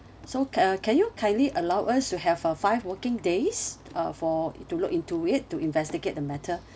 so c~ uh can you kindly allow us to have a five working days uh for to look into it to investigate the matter